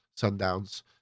Sundowns